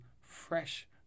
fresh